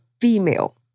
female